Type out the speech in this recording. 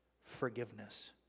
forgiveness